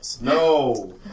no